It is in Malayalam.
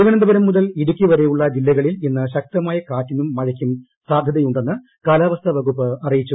തിരുവനന്തപുരം മുതൽ ഇടുക്കി വരെയുളള ജില്ലകളിൽ ഇന്ന് ശക്തമായ കാറ്റിനും മഴയ്ക്കും സാധ്യതയുണ്ടെന്ന് കാലാവസ്ഥ വകുപ്പ് അറിയിച്ചു